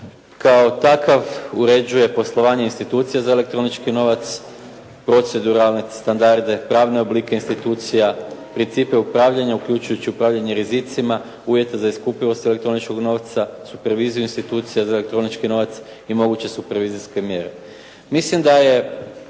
kao takav uređuje poslovanje institucija za elektronički novac, proceduralne standarde, pravne oblike institucija, principe u upravljanju uključujući upravljanje rizicima, uvjete za iskupivost elektroničkog novca, supreviziju institucija za elektronički novac i moguće su provizijske mjere. Mislim da je,